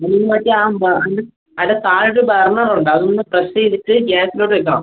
മുൻപത്തെ ആ ബർണർ അതിൻ്റെ താഴത്ത് ബർണറുണ്ട് അതൊന്ന് പ്രസ് ചെയ്തിട്ട് ഗ്യാസിലോട്ടിട്ടോ